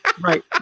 Right